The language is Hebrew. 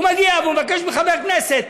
הוא מגיע ומבקש מחבר כנסת,